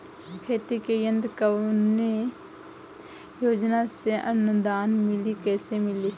खेती के यंत्र कवने योजना से अनुदान मिली कैसे मिली?